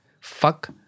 Fuck